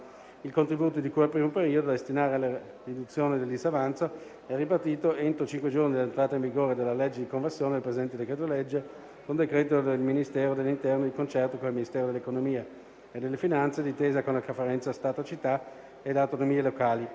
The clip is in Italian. Il contributo di cui al primo periodo, da destinare alla riduzione del disavanzo, è ripartito entro cinque giorni dall'entrata in vigore della legge di conversione del presente decreto-legge con decreto del Ministero dell'interno, di concerto con il Ministero dell'economia e delle finanze, d'intesa con la Conferenza Stato-città ed autonomie locali.